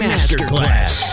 Masterclass